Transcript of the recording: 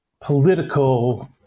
political